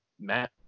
Matt